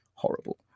horrible